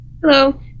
Hello